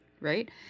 right